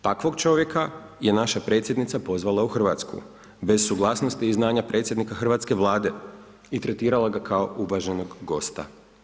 Takvog čovjeka je naša predsjednica pozvala u Hrvatsku, bez suglasnosti i znanja predsjednika Hrvatske vlade i tretirala ga kao uvaženog gosta.